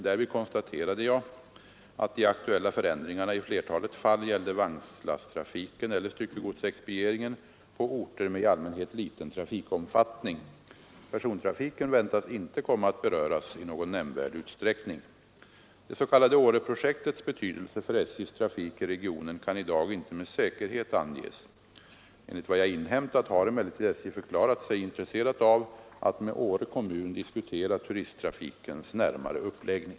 Därvid konstaterade jag att de aktuella förändringarna i flertalet fall gällde vagnslasttrafiken eller styckegodsexpedieringen på orter med i allmänhet liten trafikomfattning. Persontrafiken väntas inte komma att beröras i någon nämnvärd utsträckning. Det s.k. Åreprojektets betydelse för SJ:s trafik i regionen kan i dag inte med säkerhet anges. Enligt vad jag inhämtat har emellertid SJ förklarat sig intresserat av att med Åre kommun diskutera turisttrafikens närmare uppläggning.